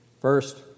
First